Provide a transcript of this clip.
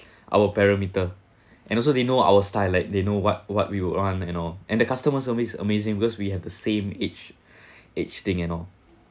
our perimeter and also they know our style like they know what what we will want and all and the customer service is amazing because we have the same age age thing and all